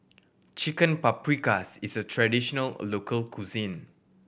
Chicken Paprikas is a traditional local cuisine